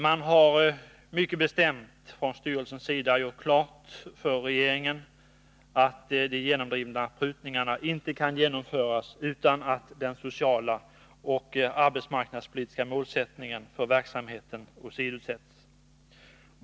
Man har mycket bestämt gjort klart för regeringen att de genomdrivna prutningarna inte kan genomföras utan att den sociala och arbetsmarknadspolitiska målsättningen för verksamheten åsidosätts.